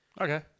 Okay